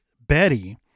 Betty